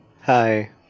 Hi